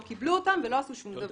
לא קבלו אותם ולא עשו שום דבר.